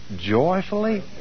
joyfully